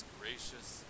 gracious